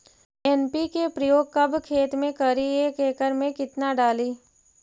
NPK प्रयोग कब खेत मे करि एक एकड़ मे कितना डाली?